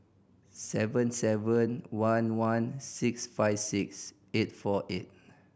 seven seven one one six five six eight four eight